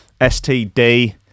STD